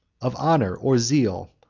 of honor or zeal,